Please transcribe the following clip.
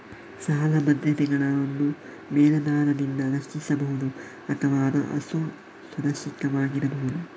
ಸಾಲ ಭದ್ರತೆಗಳನ್ನು ಮೇಲಾಧಾರದಿಂದ ರಕ್ಷಿಸಬಹುದು ಅಥವಾ ಅಸುರಕ್ಷಿತವಾಗಿರಬಹುದು